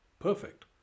perfect